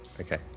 Okay